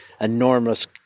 enormous